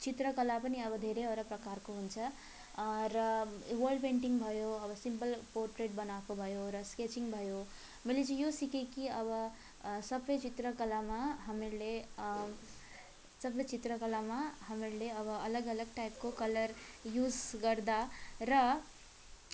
चित्रकला पनि अब धेरैवटा प्रकारको हुन्छ र वाल पेन्टिङ भयो अब सिम्पल पोट्रेट बनाएको भयो र स्केचिङ भयो मैले चाहिँ यो सिकेँ कि अब सबै चित्रकलामा हामीहरूले सबै चित्रकलामा हामीहरूले अब अलग अलग टाइपको कलर युज गर्दा र